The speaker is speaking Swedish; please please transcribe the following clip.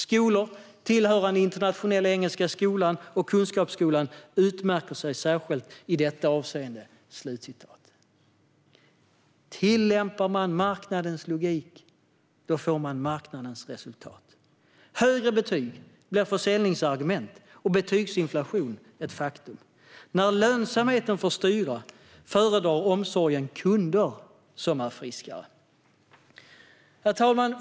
Skolor tillhörande Internationella Engelska Skolan och Kunskapsskolan utmärker sig särskilt i detta avseende. Tillämpar man marknadens logik får man marknadens resultat. Högre betyg blir ett försäljningsargument, och betygsinflation blir ett faktum. När lönsamheten får styra föredrar omsorgen kunder som är friskare. Herr talman!